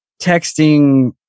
texting